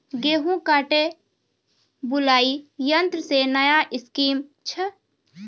गेहूँ काटे बुलाई यंत्र से नया स्कीम छ?